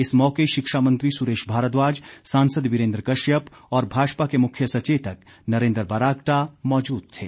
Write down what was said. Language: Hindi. इस मौके शिक्षा मंत्री सुरेश भारद्वाज सांसद वीरेन्द्र कश्यप और भाजपा के मुख्य सचेतक नरेन्द्र बरागटा मौजूद थे